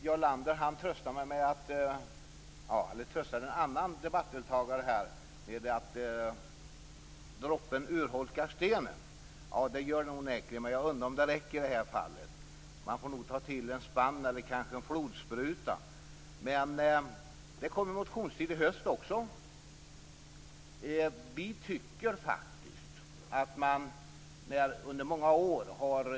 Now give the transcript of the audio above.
Jarl Lander tröstade en annan debattdeltagare med att droppen urholkar stenen. Det gör den onekligen. Men jag undrar om det räcker i detta fall. Man får nog ta till en spann eller kanske en flodspruta. Men det kommer en motionstid i höst också.